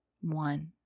One